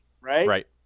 right